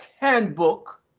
handbook